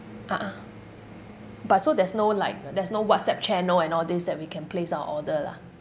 a'ah but so there's no like there's no WhatsApp channel and all these that we can place our order lah